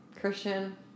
Christian